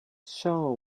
shall